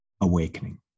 AWAKENING